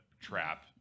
trap